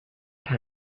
tank